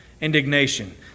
Indignation